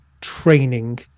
training